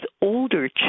older